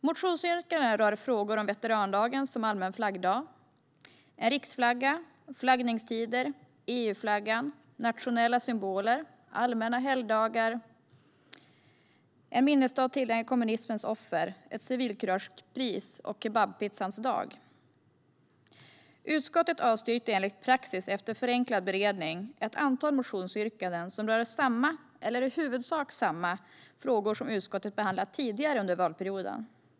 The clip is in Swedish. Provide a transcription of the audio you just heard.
Motionsyrkandena rör frågor om veterandagen som allmän flaggdag, en riksflagga, flaggningstider, EU-flaggan, nationella symboler, allmänna helgdagar, en minnesdag tillägnad kommunismens offer, ett civilkuragepris och kebabpizzans dag. Utskottet avstyrkte enligt praxis och efter förenklad beredning ett antal motionsyrkanden som rör samma, eller i huvudsak samma, frågor som utskottet behandlat tidigare under valperioden.